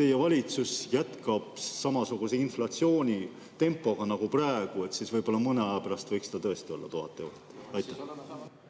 teie valitsus jätkab samasuguse inflatsioonitempoga nagu praegu, siis võib‑olla mõne aja pärast võiks ta tõesti olla 1000 eurot. Aitäh!